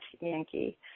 Yankee